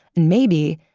and maybe,